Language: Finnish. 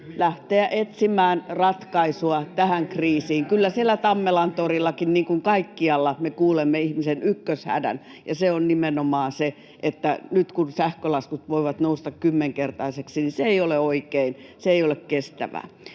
lähteä etsimään ratkaisua tähän kriisiin. Kyllä siellä Tammelan torillakin, niin kuin kaikkialla, me kuulemme ihmisen ykköshädän, ja se on nimenomaan se, että nyt kun sähkölaskut voivat nousta kymmenkertaisiksi, niin se ei ole oikein, se ei ole kestävää.